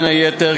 בין היתר,